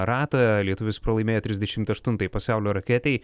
ratą lietuvis pralaimėjo trisdešimt aštuntai pasaulio raketei